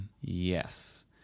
Yes